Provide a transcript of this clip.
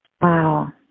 Wow